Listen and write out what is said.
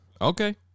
Okay